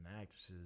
actresses